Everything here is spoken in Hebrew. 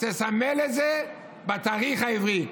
תסמל את זה בתאריך העברי,